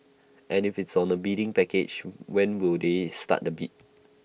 and if it's on A bidding package when will they start the bid